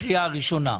בקריאה הראשונה,